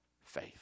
faith